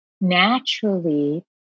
naturally